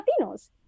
Latinos